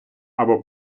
або